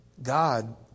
God